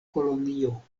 kolonio